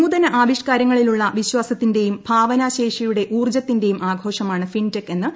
നുതന ആവിഷ്ക്കാരങ്ങളിലുള്ള വിശ്വാസത്തിന്റെയും ഭാവനാശേഷിയുടെ ഊർജ്ജത്തിന്റെയും ആഘോഷമാണ് അഭിപ്രായപ്പെട്ടു